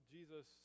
Jesus